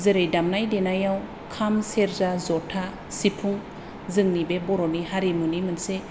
जेरै दामनाय देनायाव खाम सेरजा जथा सिफुं जोंनि बे बर'नि हारिमुनि मोनसे